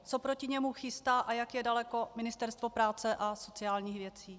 Co proti němu chystá a jak je daleko Ministerstvo práce a sociálních věcí?